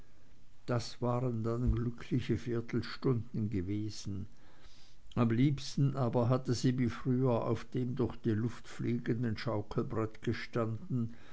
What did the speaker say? das waren dann glückliche viertelstunden gewesen am liebsten aber hatte sie wie früher auf dem durch die luft fliegenden schaukelbrett gestanden